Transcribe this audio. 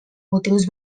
motius